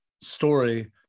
story